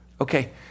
Okay